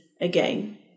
again